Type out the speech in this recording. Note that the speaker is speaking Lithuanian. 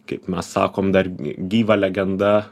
kaip mes sakom dar gyva legenda